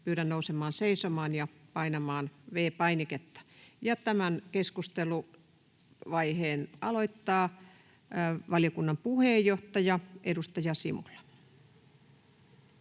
nousemaan seisomaan ja painamaan V-painiketta. — Tämän keskusteluvaiheen aloittaa valiokunnan puheenjohtaja, edustaja Simula.